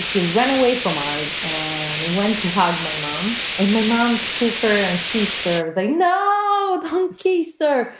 she ran away from us and went to hug my mom. and my mom took her and keith therms i know. hunky, sir.